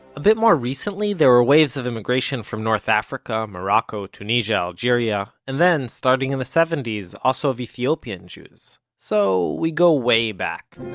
a bit more recently, there were waves of immigration from north africa morocco, tunisia, algeria and then, starting in the seventy s, also of ethiopian jews so we go way back.